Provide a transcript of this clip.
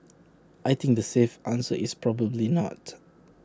I think the safe answer is probably not